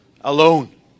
alone